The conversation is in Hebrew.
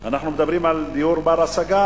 אנחנו מדברים על דיור בר-השגה,